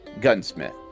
gunsmith